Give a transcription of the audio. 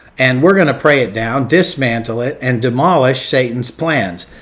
and we're going to pray it down, dismantle it and demolish satan's plans,